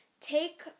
take